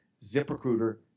ZipRecruiter